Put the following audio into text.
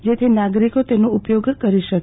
જેથી નાગરીકો તેનો ઉપયોગ કરી શકે